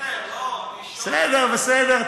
בסדר, לא, בסדר בסדר.